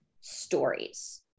stories